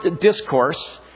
discourse